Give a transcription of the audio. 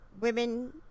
women